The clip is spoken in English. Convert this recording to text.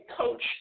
coach